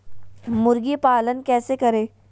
मुर्गी पालन कैसे करें?